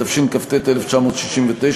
התשכ"ט 1969,